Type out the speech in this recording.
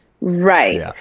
Right